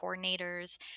coordinators